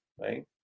right